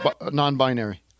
non-binary